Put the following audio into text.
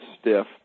stiff